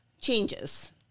changes